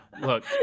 look